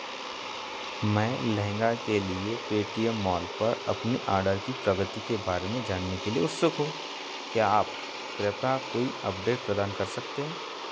मैं लहंगा के लिए पेटीएम मॉल पर अपने ऑर्डर की प्रगति के बारे में जानने के लिए उत्सुक हूँ क्या आप कृपया कोई अपडेट प्रदान कर सकते हैं